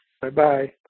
Bye-bye